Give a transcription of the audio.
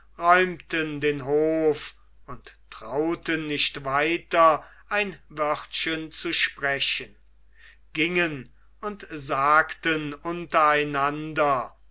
den hof und trauten nicht weiter ein wörtchen zu sprechen gingen und sagten untereinander